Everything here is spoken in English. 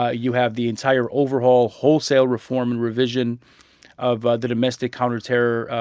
ah you have the entire overhaul, wholesale reform and revision of ah the domestic counterterror,